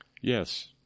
Yes